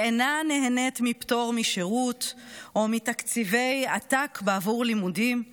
היא אינה נהנית מפטור משירות או מתקציב עתק עבור לימודים.